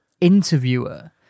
interviewer